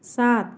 सात